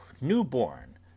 new-born